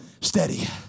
steady